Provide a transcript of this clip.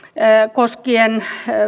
koskien